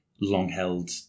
long-held